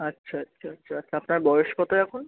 আচ্ছা আচ্ছা আচ্ছা আপনার বয়স কতো এখন